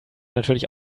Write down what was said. natürlich